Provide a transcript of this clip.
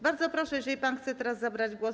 Bardzo proszę, jeżeli pan chce teraz zabrać głos.